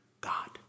God